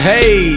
Hey